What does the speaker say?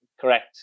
Correct